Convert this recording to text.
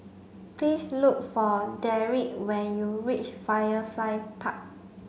please look for Derick when you reach Firefly Park